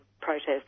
protests